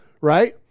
right